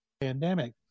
pandemic